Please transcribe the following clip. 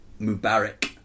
Mubarak